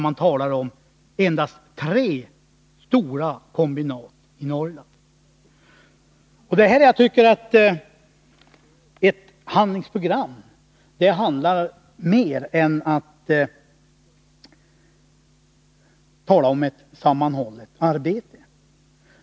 Man talade om endast tre stora kombinat i Norrland. Ett handlingsprogram handlar om mer än att tala om ett sammanhållet arbete.